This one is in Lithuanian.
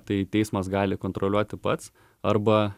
tai teismas gali kontroliuoti pats arba